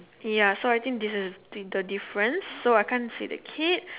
ya so I think this is the difference so I can't see the kid